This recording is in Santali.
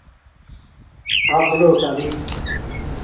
ᱦᱚᱸ ᱠᱷᱩᱞᱟᱹᱣ ᱠᱟᱜᱼᱟ ᱞᱤᱧ